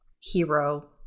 hero